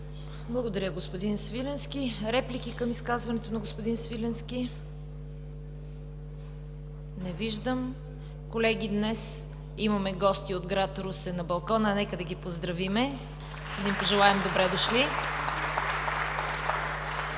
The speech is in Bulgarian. Благодаря, господин Свиленски. Реплики към изказването на господин Свиленски? Не виждам. Колеги, днес имаме гости от град Русе на балкона. Нека да ги поздравим с „Добре дошли“!